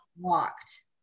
locked